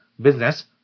business